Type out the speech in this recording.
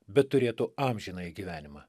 bet turėtų amžinąjį gyvenimą